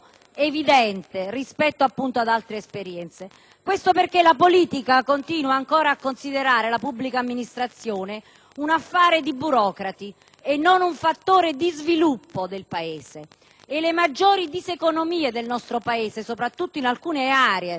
evidente rispetto ad altre esperienze. Questo perché la politica continua ancora a considerare la pubblica amministrazione un affare di burocrati e non un fattore di sviluppo del Paese. Le maggiori diseconomie del nostro Paese, soprattutto in alcune aree